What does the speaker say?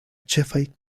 ĉefaj